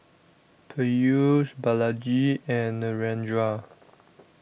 Peyush Balaji and Narendra